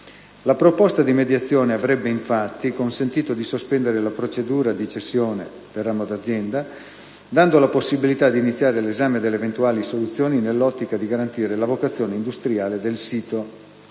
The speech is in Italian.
La proposta di mediazione avrebbe infatti consentito di sospendere la procedura dì cessione del ramo di azienda, dando la possibilità di iniziare l'esame delle eventuali soluzioni nell'ottica di garantire la vocazione industriale del sito